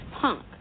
punk